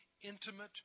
intimate